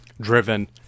driven